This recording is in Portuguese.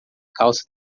calça